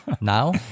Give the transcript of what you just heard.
now